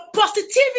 positivity